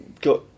got